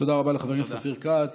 תודה רבה לחבר הכנסת אופיר כץ.